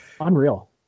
Unreal